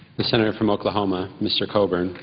the senator from oklahoma, mr. coburn,